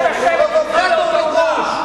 פרובוקטור בגרוש.